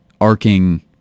arcing